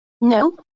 No